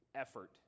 effort